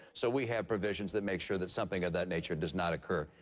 so we have provisions that make sure that something of that nature does not occur.